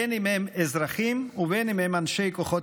בין אם הם אזרחים ובין אם הם אנשי כוחות